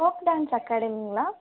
folk dance அகாடமிங்களா